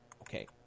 Okay